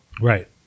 Right